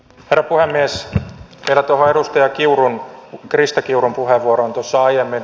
vielä tuohon edustaja krista kiurun puheenvuoroon tuossa aiemmin